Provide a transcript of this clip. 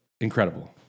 Incredible